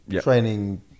training